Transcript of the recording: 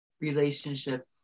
relationship